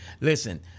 Listen